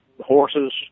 horses